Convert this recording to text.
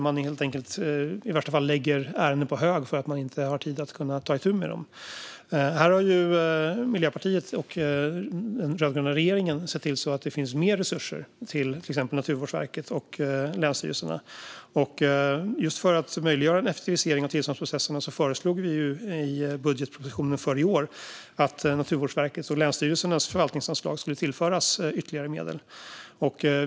I värsta fall läggs ärenden på hög därför att man inte har haft tid att ta itu med dem. Här har Miljöpartiet och den rödgröna regeringen sett till att det finns mer resurser till exempelvis Naturvårdsverket och länsstyrelserna. Just för att möjliggöra en effektivisering av tillståndsprocesserna föreslog vi i budgetpropositionen för i år att Naturvårdsverkets och länsstyrelsernas förvaltningsanslag skulle tillföras ytterligare medel.